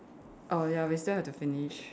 orh ya we still have to finish